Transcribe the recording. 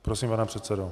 Prosím, pane předsedo.